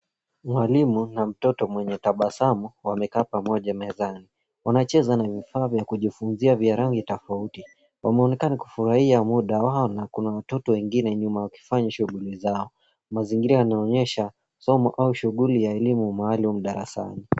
Mwalimu na mtoto mwenye tabasamu wamekaa pamoja mezani. Wanacheza na vifaa vya kujifunzia vya rangi tofauti .Wameonekana kufurahia muda wao na kuna watoto wengine nyuma wakifanya shughuli zao. Mazingira yanaonyesha somo au shughuli ya elimu maaalum darasani.